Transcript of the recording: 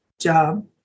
job